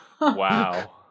wow